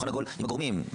שולחן עגול עם הגורמים,